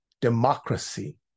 democracy